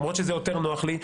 למרות שזה יותר נוח לי,